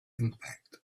impact